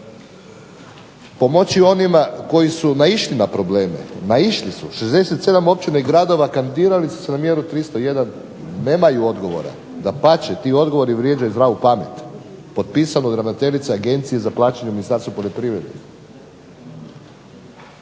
Pomoći onima koji su naišli na probleme, naišli su, 67 općina i gradova kandidirali su se na mjeru 301, nemaju odgovora. Dapače, ti odgovori vrijeđaju zdravu pamet, potpisano od ravnateljice Agencije za plaćanje u Ministarstvu poljoprivrede.